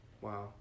Wow